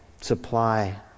Supply